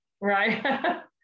Right